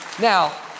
now